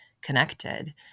connected